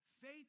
Faith